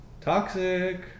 Toxic